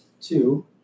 two